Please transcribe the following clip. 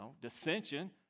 dissension